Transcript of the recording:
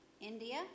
India